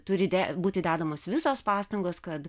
turi de būti dedamos visos pastangos kad